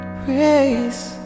praise